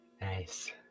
Nice